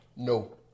No